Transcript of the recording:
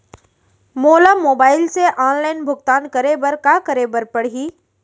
मोला मोबाइल से ऑनलाइन भुगतान करे बर का करे बर पड़ही?